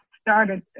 started